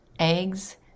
eggs